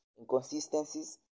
inconsistencies